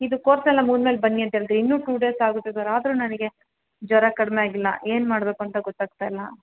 ಇದು ಕೋರ್ಸೆಲ್ಲ ಮುಗಿದ್ಮೇಲೆ ಬನ್ನಿ ಅಂತ ಹೇಳಿದ್ರಿ ಇನ್ನೂ ಟು ಡೇಸ್ ಆಗುತ್ತೆ ಸರ್ ಆದರೂ ನನಗೆ ಜ್ವರ ಕಡಿಮೆ ಆಗಿಲ್ಲ ಏನು ಮಾಡ್ಬೇಕು ಅಂತ ಗೊತಾಗ್ತಾ ಇಲ್ಲ